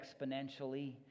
exponentially